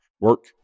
work